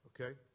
Okay